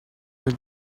your